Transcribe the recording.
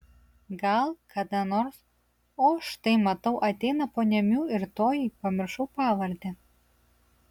gal kada nors o štai matau ateina ponia miu ir toji pamiršau pavardę